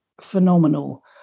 phenomenal